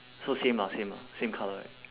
so same ah same lah same colour right